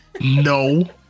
No